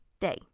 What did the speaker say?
day